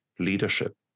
leadership